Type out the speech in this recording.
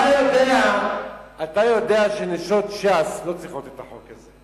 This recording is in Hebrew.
אתה יודע שנשות ש"ס לא צריכות את החוק הזה,